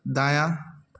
दायाँ